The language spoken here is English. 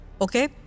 Okay